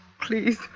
please